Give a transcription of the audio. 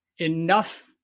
enough